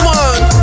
one